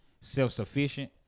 self-sufficient